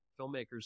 filmmakers